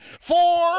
Four